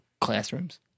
classrooms